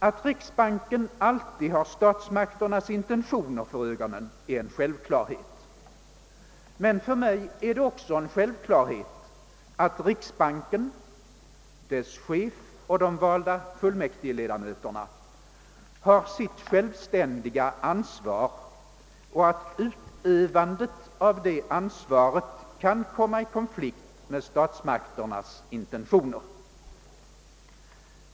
Att riksbanken alltid har statsmakternas intentioner för ögonen är en självklarhet. Men för mig är det också en självklarhet att riksbanken — dess chef och de valda fullmäktigeledamöterna — har sitt självständiga ansvar och att utövandet av det ansvaret kan komma i konflikt med statsmakternas intentioner.